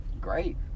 great